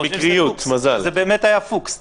הלוואי והיו חנויות רחוב קטנות וכל אחד היה יורד וקונה,